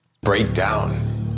Breakdown